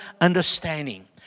understanding